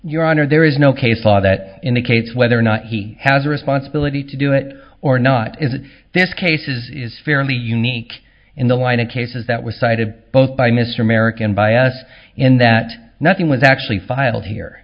your honor there is no case law that indicates whether or not he has a responsibility to do it or not is that this case is is fairly unique in the line of cases that was cited both by mr american by us in that nothing was actually filed here